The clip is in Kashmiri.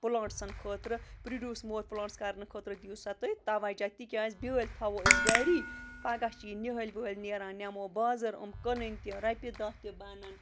پٕلانٛٹسَن خٲطرٕ پِرٛڈیوٗس مور پٕلانٛٹٕس کَرنہٕ خٲطرٕ دِیِو سا تُہۍ تَوَجہ تِکیٛازِ بیٛٲلۍ تھاوو أسۍ گَری پَگاہ چھِ یہِ نِہٲلۍ وِہٲلۍ نیران نٮ۪مو بازر یِم کٕنٕنۍ تہِ رۄپیہِ دَہ تہِ بَنَن